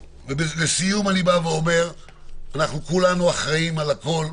לסיום, אני אומר שאנחנו כולנו אחראים על הכול.